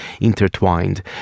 intertwined